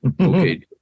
okay